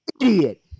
Idiot